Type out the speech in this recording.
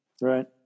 right